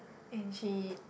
and she